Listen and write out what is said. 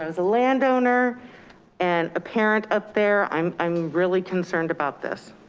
as a landowner and a parent up there, i'm i'm really concerned about this.